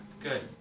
good